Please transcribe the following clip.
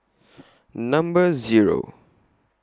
Number Zero